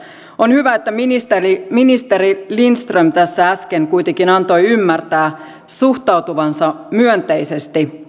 on hyvä että ministeri ministeri lindström tässä äsken kuitenkin antoi ymmärtää suhtautuvansa myönteisesti